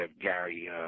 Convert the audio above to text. Gary